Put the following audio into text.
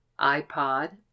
iPod